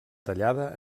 tallada